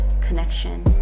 connection